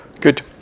Good